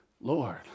Lord